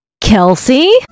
Kelsey